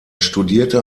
studierte